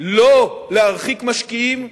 לא להרחיק משקיעים.